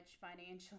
financially